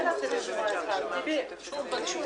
הכנסת מקבלים פניות של הורים שכרגע צריכים לרשום